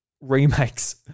remakes